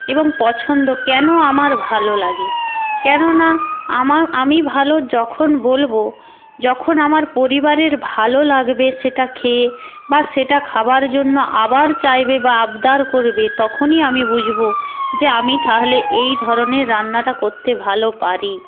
এবং পছন্দ কেন আমার ভালো লাগে কেননা আমি ভালো যখন বলবো যখন আমার পরিবারের ভালো লাগবে সেটা খেয়ে বা সেটা খাবার জন্য আবার চাইবে বা আবদার করবে তখনই আমি বুঝবো যে আমি তাহলে এই ধরনের রান্নাটা করতে ভালো পারি